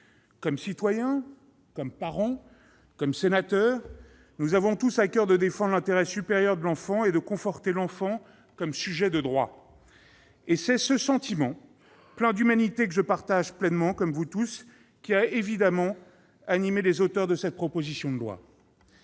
Comme citoyen, comme parent, comme sénateur, nous avons tous à coeur de défendre l'intérêt supérieur de l'enfant et de conforter l'enfant comme sujet de droit. C'est ce sentiment plein d'humanité, que je partage évidemment, qui a animé les auteurs de cette proposition de loi.